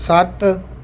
ਸੱਤ